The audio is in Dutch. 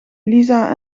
lisa